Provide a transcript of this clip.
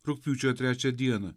rugpjūčio trečią dieną